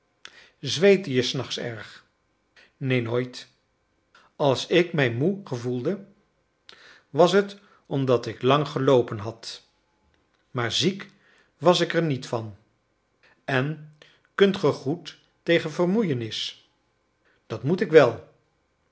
zweette je s nachts erg neen nooit als ik mij moe gevoelde was het omdat ik lang geloopen had maar ziek was ik er niet van en kunt ge goed tegen vermoeienis dat moet ik wel